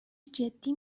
جدی